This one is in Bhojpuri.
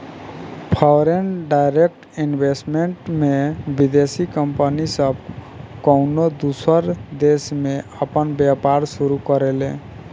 फॉरेन डायरेक्ट इन्वेस्टमेंट में विदेशी कंपनी सब कउनो दूसर देश में आपन व्यापार शुरू करेले